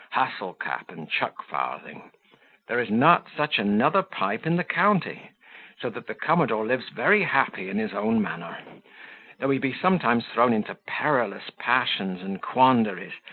hustle-cap, and chuck-farthing there is not such another pipe in the county so that the commodore lives very happy in his own manner though he be sometimes thrown into perilous passions and quandaries,